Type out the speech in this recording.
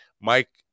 Mike